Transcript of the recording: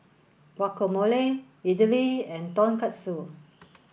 Guacamole Idili and Tonkatsu